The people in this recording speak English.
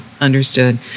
understood